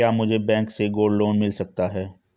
क्या मुझे बैंक से गोल्ड लोंन मिल सकता है?